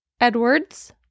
Edwards